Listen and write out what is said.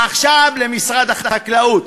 עכשיו למשרד החקלאות,